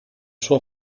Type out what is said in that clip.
sua